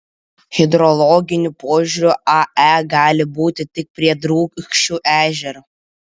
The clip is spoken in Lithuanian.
hidrologiniu požiūriu ae gali būti tik prie drūkšių ežero